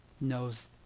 knows